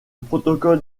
protocole